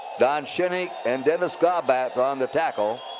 don shinnick and dennis gaubatz on the tackle.